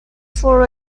for